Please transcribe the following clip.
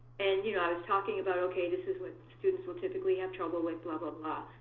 and you know i was talking about, ok this is what students will typically have trouble with, blah blah blah.